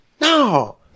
No